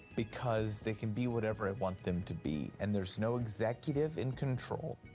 because they can be whatever i want them to be, and there's no executive in control.